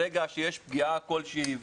ברגע שיש פגיעה כלשהי,